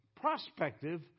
prospective